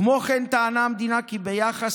כמו כן טענה המדינה כי ביחס